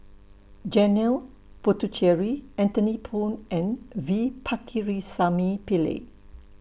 Janil Puthucheary Anthony Poon and V Pakirisamy Pillai